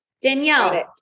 Danielle